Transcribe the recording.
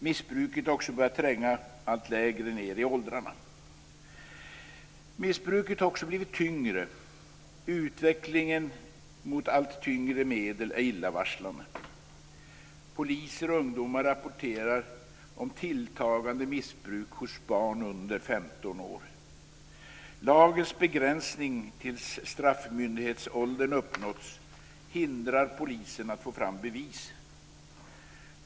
Missbruket har också börjat tränga allt längre ned i åldrarna. Missbruket har också blivit tyngre. Utvecklingen mot allt tyngre medel är illavarslande. Poliser och ungdomar rapporterar om tilltagande missbruk hos barn under 15 år. Lagens begränsning tills straffmyndighetsåldern uppnåtts hindrar polisen att få fram bevis.